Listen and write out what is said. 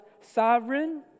sovereign